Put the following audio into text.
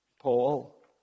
Paul